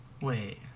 wait